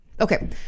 okay